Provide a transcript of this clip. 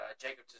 Jacob's